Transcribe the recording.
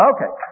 Okay